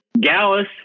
Gallus